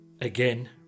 again